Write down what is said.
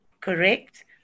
correct